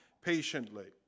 patiently